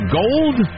gold